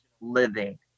living